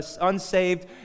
unsaved